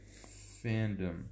Fandom